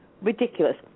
ridiculous